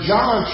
John